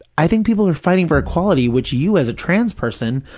i think people are fighting for equality, which you, as a trans person,